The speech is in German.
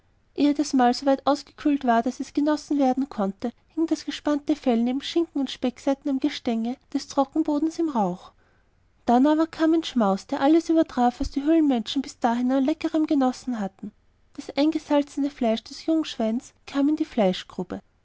das mahl so weit ausgekühlt war daß es genossen werden konnte hing das gespannte fell neben schinken und speckseiten am gestänge des trockenbodens im rauch dann aber kam ein schmaus der alles übertraf was die höhlenmenschen bis dahin an leckerem genossen hatten das eingesalzene fleisch des jungschweins kam in die